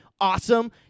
Awesome